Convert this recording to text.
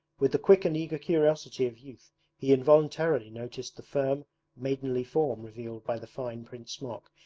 with the quick and eager curiosity of youth he involuntarily noticed the firm maidenly form revealed by the fine print smock,